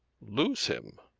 lose him!